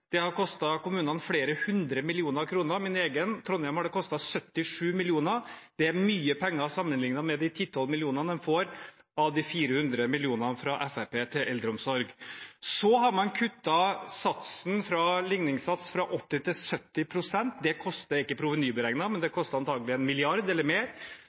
Det har kostet kommunene flere hundre millioner kroner. Min egen, Trondheim, har det kostet 77 mill. kr. Det er mye penger sammenlignet med de 10–12 mill. kr de får, av de 400 mill. kr fra Fremskrittspartiet til eldreomsorg. Man har kuttet ligningssatsen fra 80 til 70 pst. Det er ikke provenyberegnet, men koster antakelig 1 mrd. kr eller mer.